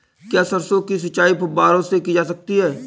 क्या सरसों की सिंचाई फुब्बारों से की जा सकती है?